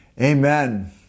Amen